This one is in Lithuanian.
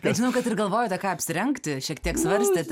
bet žinau kad ir galvojote ką apsirengti šiek tiek svarstėte